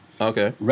Okay